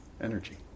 energy